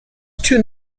two